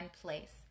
place